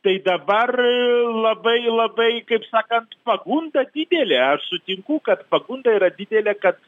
tai dabar aa labai labai kaip sakant pagunda didelė aš sutinku kad pagunda yra didelė kad